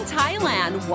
Thailand